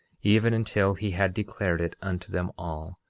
even until he had declared it unto them all,